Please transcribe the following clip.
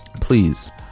please